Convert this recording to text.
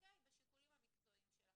בשיקולים המקצועיים שלכם.